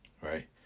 Right